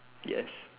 yes